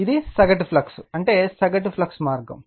ఇది సగటు ఫ్లక్స్ అంటే సగటు ఫ్లక్స్ మార్గం